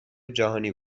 جهانی